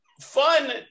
fun